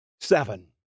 Seven